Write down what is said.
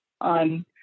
on